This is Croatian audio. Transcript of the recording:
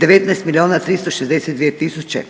19 milijuna 362 tisuće,